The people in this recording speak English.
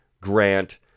Grant